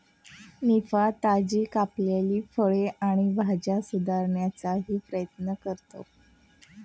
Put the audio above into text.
निफा, ताजी कापलेली फळे आणि भाज्या सुधारण्याचाही प्रयत्न करते